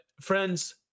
Friends